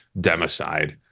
democide